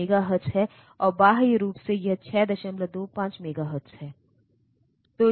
तो यह INTR interrupt आ रहा है प्रोसेसर द्वारा इंटरप्ट अखनोव्लेद्गेमेन्ट पिन सक्रिय किया गया है